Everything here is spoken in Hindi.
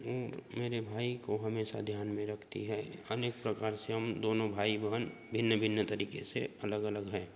और मेरे भाई को हमेशा ध्यान में रखती है अनेक प्रकार से हम दोनों भाई बहन भिन्न भिन्न तरीके से अलग अलग हैं